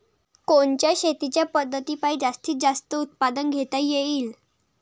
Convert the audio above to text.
कोनच्या शेतीच्या पद्धतीपायी जास्तीत जास्त उत्पादन घेता येईल?